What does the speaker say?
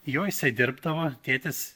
jo jisai dirbdavo tėtis